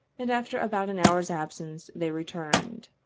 and after about an hour's absence they return